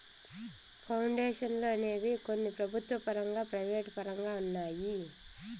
పౌండేషన్లు అనేవి కొన్ని ప్రభుత్వ పరంగా ప్రైవేటు పరంగా ఉన్నాయి